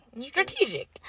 strategic